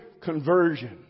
conversion